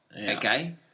Okay